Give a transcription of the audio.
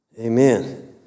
Amen